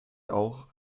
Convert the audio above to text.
auch